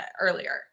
earlier